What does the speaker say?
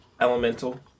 elemental